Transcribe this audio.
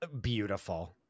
beautiful